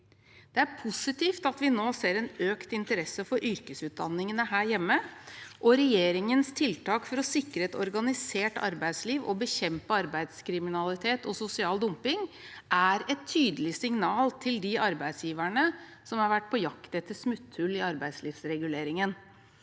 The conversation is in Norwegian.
Det er positivt at vi nå ser en økt interesse for yrkesutdanningene her hjemme, og regjeringens tiltak for å sikre et organisert arbeidsliv og bekjempe arbeidskriminalitet og sosial dumping er et tydelig signal til de arbeidsgiverne som har vært på jakt etter smutthull i arbeidslivsreguleringen.